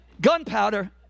Gunpowder